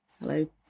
hello